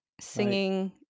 singing